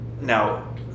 now